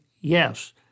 yes